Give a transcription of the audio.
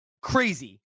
crazy